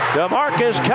DeMarcus